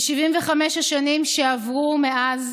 ב-75 השנים שעברו מאז